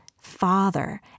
father